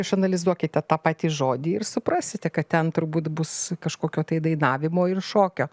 išanalizuokite tą patį žodį ir suprasite kad ten turbūt bus kažkokio tai dainavimo ir šokio